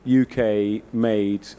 UK-made